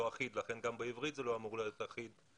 אחיד ולכן גם בעברית זה לא אמור להיות אחיד,